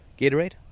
Gatorade